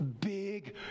big